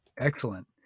Excellent